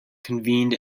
convened